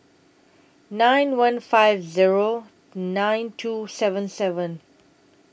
nine one five Zero nine two seven seven